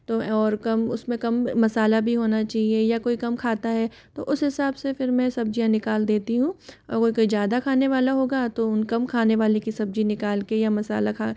तो और कम उसमें कम मसाला भी होना चाहिए या कोई कम खाता है तो उस हिसाब से फिर मैं सब्जियां निकाल देती हूँ कोई ज़्यादा खाने वाला होगा तो कम खाने वाले की सब्जी निकाल के या मसाला खा